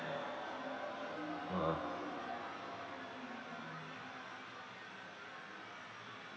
ah